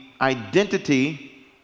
identity